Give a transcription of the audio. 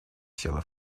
села